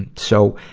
and so,